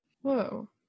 Whoa